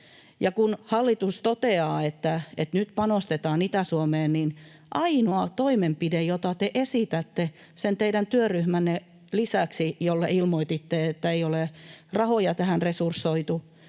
kun hallitus toteaa, että nyt panostetaan Itä-Suomeen, niin ainoa toimenpide, jota te esitätte sen teidän työryhmänne lisäksi, jolle ilmoititte, että ei ole rahoja tähän resursoitu,